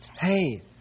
Hey